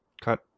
cut